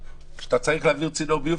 כשאתה צריך להעביר צינור ביוב,